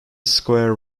square